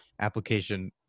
application